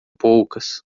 poucas